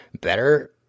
better